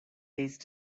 these